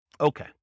Okay